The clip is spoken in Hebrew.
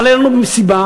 אבל אין שום סיבה,